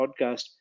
podcast